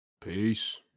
Peace